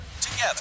together